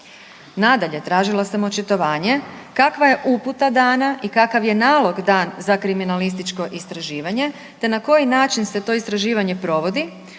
Nadalje, tražila sam očitovanje kakva je uputa dana i kakav je nalog dan za kriminalističko istraživanje, te na koji način se to istraživanje provodi,